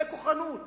זו כוחנות,